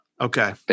Okay